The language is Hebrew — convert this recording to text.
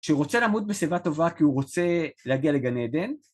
שרוצה לעמוד בשיבה טובה כי הוא רוצה להגיע לגן עדן